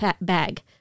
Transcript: bag